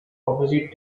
opposite